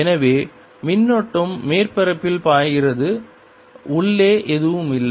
எனவே மின்னோட்டம் மேற்பரப்பில் பாய்கிறது உள்ளே எதுவும் இல்லை